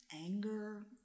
anger